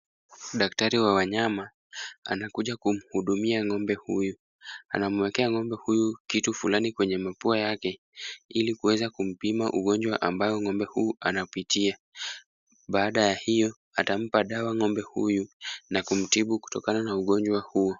Daktari wa wanyama, anakuja kumhudumia ng'ombe huyu. Anamwekea ng'ombe huyu kitu fulani kwenye mapua yake, ili kuweza kumpima ugonjwa ambao ng'ombe huu anapitia. Baada ya hiyo, atampa dawa ng'ombe huyu, na kumtibu kutokana na ugonjwa huo.